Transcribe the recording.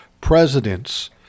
Presidents